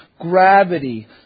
gravity